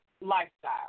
lifestyle